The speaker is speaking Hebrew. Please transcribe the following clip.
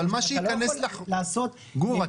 אבל אתה לא יכול לעשות --- גור,